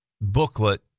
Booklet